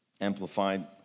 amplified